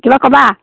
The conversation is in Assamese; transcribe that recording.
কিবা ক'বা